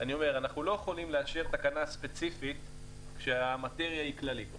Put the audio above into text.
אני אומר שאנחנו לא יכולים לאשר תקנה ספציפית כשהמטריה היא כללית.